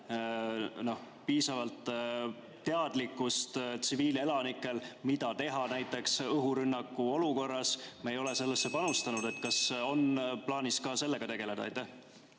piisavalt teadlikkust, mida teha näiteks õhurünnaku olukorras. Me ei ole sellesse panustanud. Kas on plaanis sellega tegeleda?